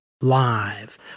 live